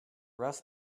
rough